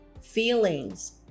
feelings